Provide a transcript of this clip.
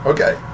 Okay